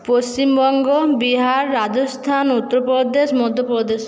Paschimbanga Bihar Rajasthan Uttar Pradesh Madhya Pradesh